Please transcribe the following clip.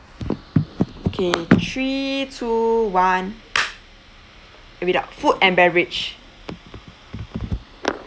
okay three two one read out food and beverage